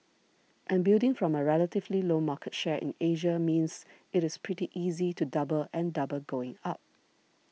and building from a relatively low market share in Asia means it is pretty easy to double and double going up